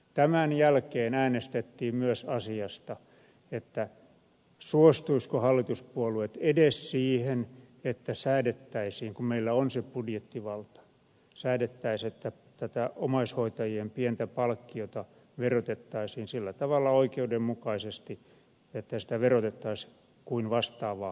tämän jälkeen äänestettiin myös asiasta suostuisivatko hallituspuolueet edes siihen että säädettäisiin kun meillä on se budjettivalta että tätä omaishoitajien pientä palkkiota verotettaisiin sillä tavalla oikeudenmukaisesti että sitä verotettaisiin kuin vastaavaa palkkatuloa